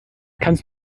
kannst